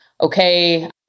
okay